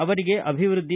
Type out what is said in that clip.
ಅವರಿಗೆ ಅಭಿವೃದ್ಧಿ